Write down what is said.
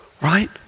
Right